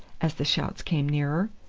as the shouts came nearer.